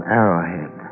arrowhead